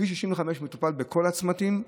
כביש 65 מטופל בכל הצמתים,